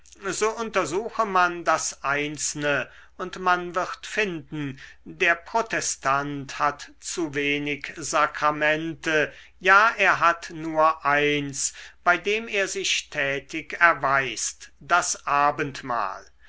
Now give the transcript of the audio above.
so untersuche man das einzelne und man wird finden der protestant hat zu wenig sakramente ja er hat nur eins bei dem er sich tätig erweist das abendmahl